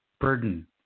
burden